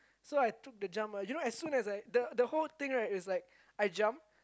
so I took the jump right you know so as soon as I the the whole thing is like I jump